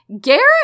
Garrett